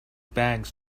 bags